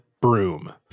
broom